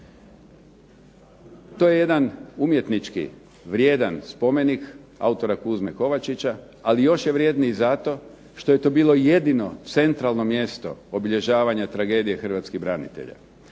To je jedan umjetnički vrijedan spomenik autora Kuzme Kovačića, ali još je vrjedniji zato što je to bilo jedino centralno mjesto obilježavanja tragedije hrvatskih branitelja.